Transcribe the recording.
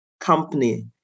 Company